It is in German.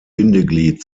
bindeglied